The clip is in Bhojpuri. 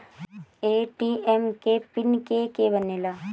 ए.टी.एम के पिन के के बनेला?